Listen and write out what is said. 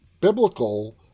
biblical